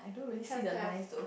have have